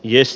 jes